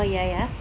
oh ya ya